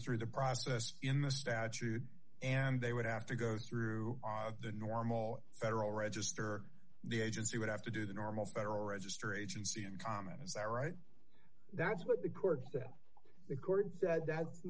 through the process in the statute and they would have to go through the normal federal register the agency would have to do the normal federal registration see in common is that right that's what the court the court said that's